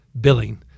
billing